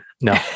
no